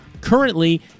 currently